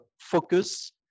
focus